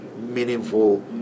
meaningful